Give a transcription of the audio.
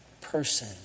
person